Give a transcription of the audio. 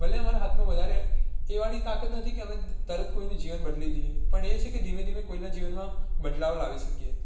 ભલે આમારા હાથમાં વધારે એ વાળી તાકાત નથી કે અમે તરત કોઈનું જીવન બદલી દઈએ પણ એ છે કે ધીમે ધીમે કોઈનાં જીવનમાં બદલાવ લાવી શકીએ